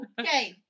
Okay